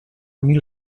mil